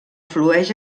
flueix